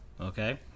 okay